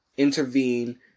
intervene